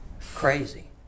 Crazy